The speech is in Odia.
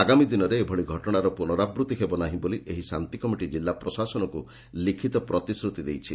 ଆଗାମୀ ଦିନରେ ଏଭଳି ଘଟଣାର ପୁନରାବୃତ୍ତି ହେବ ନାହି ବୋଲି ଏହି ଶାତ୍ତିକମିଟି ଜିଲ୍ଲା ପ୍ରଶାସନକୁ ଲିଖ୍ତ ପ୍ରତିଶ୍ରୁତି ଦେଇଛି